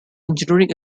engineering